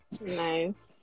Nice